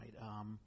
right –